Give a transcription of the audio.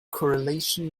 correlation